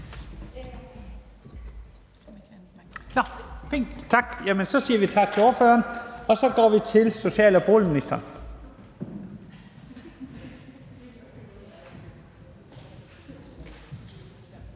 Så siger vi tak til ordføreren, og så går vi til social- og boligministeren.